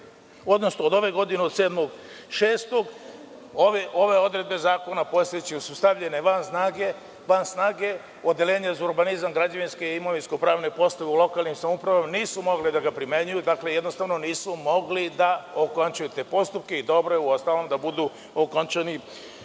odnosno od ove godine, od 7.6, ove odredbe postojećeg zakona su stavljene van snage, Odeljenje za urbanizam, građevinske i imovinsko-pravne poslove u lokalnim samoupravama nisu mogle da ga primenjuju, jednostavno nisu mogli da okončaju te postupke i dobro je uostalom da budu okončani po